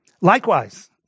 Likewise